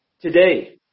Today